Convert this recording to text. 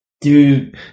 dude